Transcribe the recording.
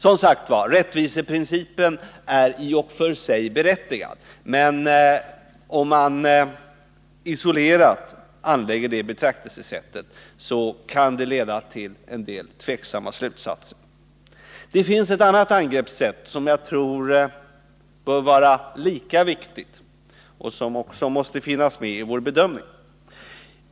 Som sagt: Rättviseprincipen är i och för sig berättigad. Men om man isolerat anlägger det betraktelsesättet kan det leda till en del tvivelaktiga slutsatser. Det finns ett annat angreppssätt som jag tror bör vara lika viktigt och som måste finnas med i våra bedömningar.